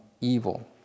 evil